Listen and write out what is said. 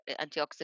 antioxidant